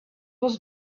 was